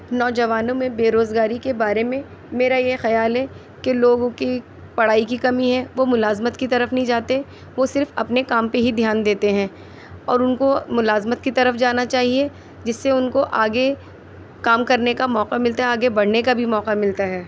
نوجوانوں میں بے روزگاری کے بارے میں میرا یہ خیال ہے کہ لوگوں کی پڑھائی کی کمی ہے وہ ملازمت کی طرف نہیں جاتے وہ صرف اپنے کام پہ ہی دھیان دیتے ہیں اور اُن کو ملازمت کی طرف جانا چاہئے جس سے اُن کو آگے کام کرنے کا موقع ملتا ہے آگے بڑھنے کا بھی موقع ملتا ہے